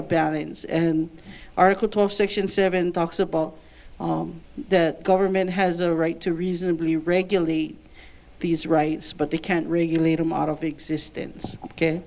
a balance and article post action seven talks about the government has a right to reasonably regularly these rights but they can't regulate them out of existence ok